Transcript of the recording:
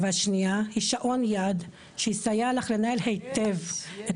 והשנייה היא שעון יד שיסייע לך לנהל היטב את